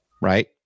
right